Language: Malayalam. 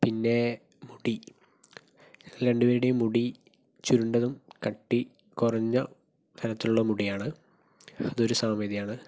പിന്നേ മുടി ഞങ്ങൾ രണ്ടുപേരുടേയും മുടി ചുരുണ്ടതും കട്ടി കുറഞ്ഞ തരത്തിലുള്ള മുടിയാണ് അതൊരു സാമ്യതയാണ്